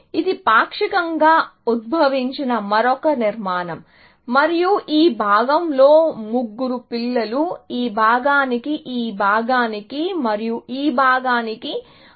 ఇది పాక్షికంగా ఉద్భవించిన మరొక నిర్మాణం మరియు ఈ భాగంలో ముగ్గురు పిల్లలు ఈ భాగానికి ఈ భాగానికి మరియు ఈ భాగానికి అనుగుణంగా ఉంటుంది